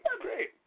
great